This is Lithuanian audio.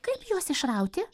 kaip juos išrauti